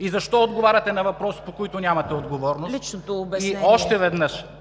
И защо отговаряте на въпроси, по които нямате отговорност? ПРЕДСЕДАТЕЛ